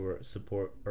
support